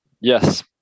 yes